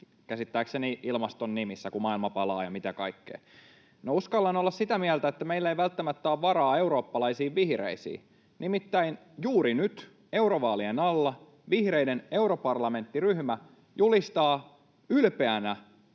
käsittääkseni ilmaston nimissä, kun maailma palaa ja mitä kaikkea. No, uskallan olla sitä mieltä, että meillä ei välttämättä ole varaa eurooppalaisiin vihreisiin. Nimittäin juuri nyt eurovaalien alla vihreiden europarlamenttiryhmä julistaa ylpeänä